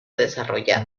desarrollada